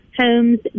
homes